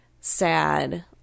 sad